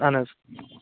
اہن حظ